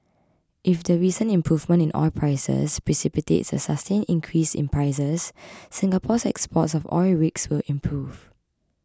if the recent improvement in oil prices precipitates a sustained increase in prices Singapore's exports of oil rigs will improve